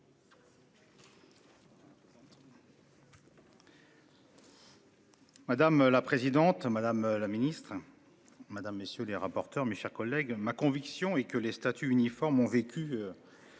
Madame la présidente, madame la ministre. Madame messieurs les rapporteurs, mes chers collègues, ma conviction est que les statuts uniformes ont vécu.